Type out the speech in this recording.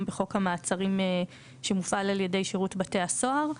בחוק המעצרים שמופעל על ידי שירות בתי הסוהר.